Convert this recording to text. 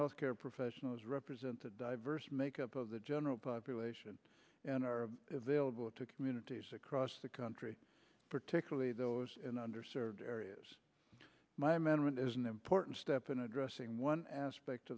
health care professionals represent a diverse makeup of the general population and are available to communities across the country particularly those in under served areas my management is an important step in addressing one aspect